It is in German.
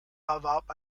erwarb